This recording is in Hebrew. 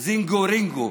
זינגו רינגו,